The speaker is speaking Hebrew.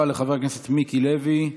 תודה רבה לחבר הכנסת מיקי לוי.